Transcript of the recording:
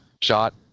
shot